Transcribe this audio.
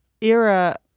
Era